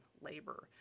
labor